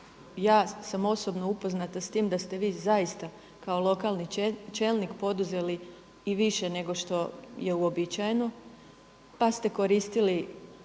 ja sam osobno upoznata s tim da ste vi zaista kao lokalni čelnik poduzeli i više nego što je uobičajeno pa ste koristili